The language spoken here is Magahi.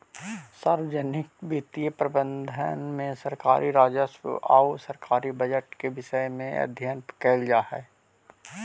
सार्वजनिक वित्तीय प्रबंधन में सरकारी राजस्व आउ सरकारी बजट के विषय में अध्ययन कैल जा हइ